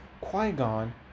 Qui-Gon